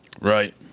Right